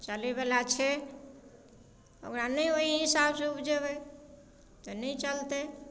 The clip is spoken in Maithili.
चलैवला छै ओकरा नहि ओइ हिसाबसँ उपजेबै तऽ नहि चलतै